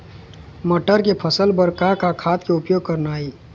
मटर के फसल बर का का खाद के उपयोग करना ये?